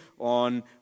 on